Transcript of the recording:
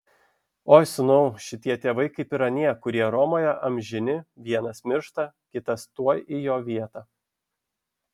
oi sūnau šitie tėvai kaip ir anie kurie romoje amžini vienas miršta kitas tuoj į jo vietą